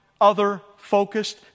other-focused